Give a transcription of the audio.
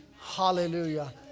Hallelujah